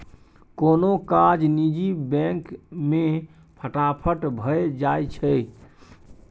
कोनो काज निजी बैंक मे फटाफट भए जाइ छै